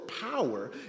power